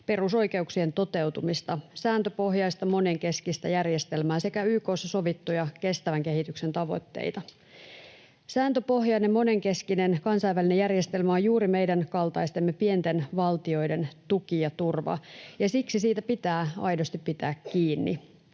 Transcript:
perusoikeuksien toteutumista, sääntöpohjaista monenkeskistä järjestelmää sekä YK:ssa sovittuja kestävän kehityksen tavoitteita. Sääntöpohjainen monenkeskinen kansainvälinen järjestelmä on juuri meidän kaltaistemme pienten valtioiden tuki ja turva, ja siksi siitä pitää aidosti pitää kiinni.